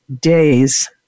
Days